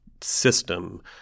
system